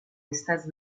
estas